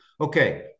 Okay